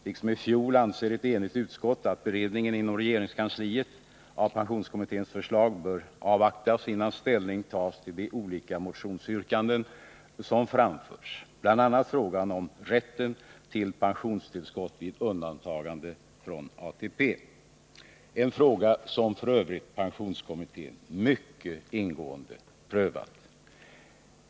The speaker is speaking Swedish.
Liksom i fjol anser ett enigt utskott att beredningen inom regeringskansliet av pensionskommitténs förslag bör avvaktas, innan ställning tas till de olika motionsyrkanden som framförts, bl.a. i fråga om rätten till pensionstillskott vid undantagande från ATP — en fråga som f. ö. pensionskommittén mycket ingående prövat.